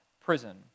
prison